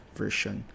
version